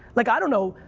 like i don't know.